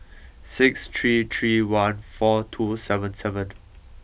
six three three one four two seven seven